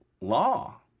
law